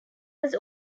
was